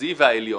המחוזי והעליון.